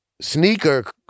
sneaker